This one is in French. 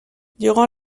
durant